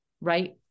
right